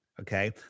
okay